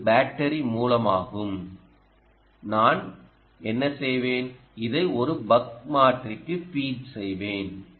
இது பேட்டரி மூலமாகும் நான் என்ன செய்வேன் இதை ஒரு பக் மாற்றிக்கு ஃபீட் செய்வேன்